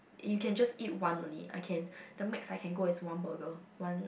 you can just eat one only I can the max I can go is one burger one